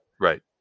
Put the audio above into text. Right